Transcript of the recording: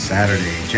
Saturday